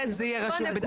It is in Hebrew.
זה יהיה רשום,